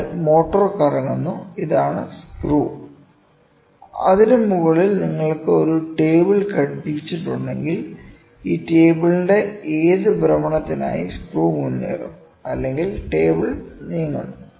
അതിനാൽ മോട്ടോർ കറങ്ങുന്നു ഇതാണ് സ്ക്രൂ അതിനു മുകളിൽ നിങ്ങൾക്ക് ഒരു ടേബിൾ ഘടിപ്പിച്ചിട്ടുണ്ടെങ്കിൽ ഈ ടേബിൾൻറെ ഏത് ഭ്രമണത്തിനായി സ്ക്രൂ മുന്നേറും അല്ലെങ്കിൽ ടേബിൾ നീങ്ങുന്നു